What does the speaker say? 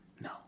No